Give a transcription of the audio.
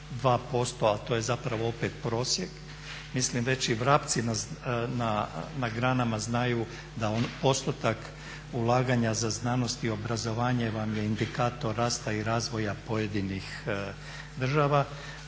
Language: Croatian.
2% ali to je opet prosjek. Mislim već i vrapci na granama znaju da postotak ulaganja za znanost i obrazovanje vam je indikator rasta i razvoja pojedinih država.